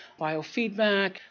Biofeedback